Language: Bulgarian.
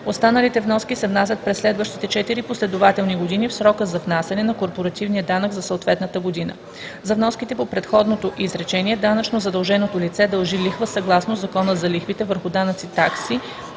Останалите вноски се внасят през следващите четири последователни години в срока за внасяне на корпоративния данък за съответната година. За вноските по предходното изречение данъчно задълженото лице дължи лихва съгласно Закона за лихвите върху данъци, такси